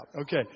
Okay